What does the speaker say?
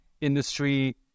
industry